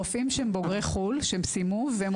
רופאים שסיימו את לימודיהם בחו"ל,